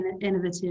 innovative